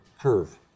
curve